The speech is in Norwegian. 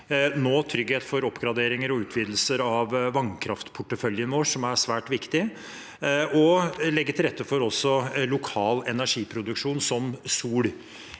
trygghet for oppgraderinger og utvidelser av vannkraftporteføljen vår, som er svært viktig, og å legge til rette for lokal energiproduksjon som sol.